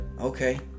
Okay